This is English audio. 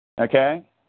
Okay